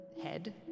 head